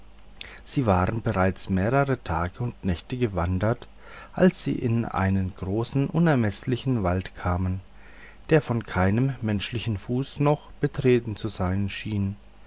sie waren bereits mehrere tage und nächte gewandert als sie in einen großen unermeßlichen wald kamen der von keinem menschlichen fuße noch betreten zu sein schien